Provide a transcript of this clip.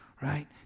right